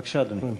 בבקשה, אדוני.